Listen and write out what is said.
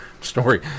story